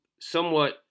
somewhat